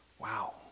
Wow